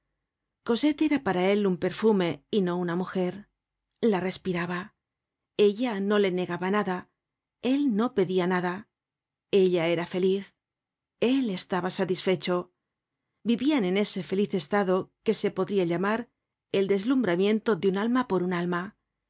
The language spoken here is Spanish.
era para él un perfume y no una mujer la respiraba ella no le negaba nada el no pedia nada ella era feliz él estaba satisfecho vivian en ese feliz estado que se podria llamar el deslumbramiento de una alma por una alma